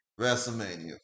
WrestleMania